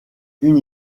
une